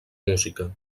música